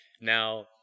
Now